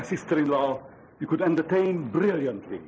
my sister in law you could end the pain brilliantly